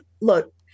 look